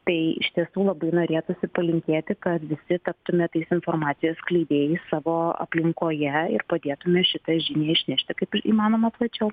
tai iš tiesų labai norėtųsi palinkėti kad visi taptume tais informacijos skleidėjais savo aplinkoje ir padėtume šitą žinią išnešti kaip įmanoma plačiau